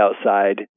outside